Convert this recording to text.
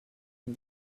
and